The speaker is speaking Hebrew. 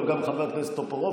אבל גם חבר הכנסת טופורובסקי.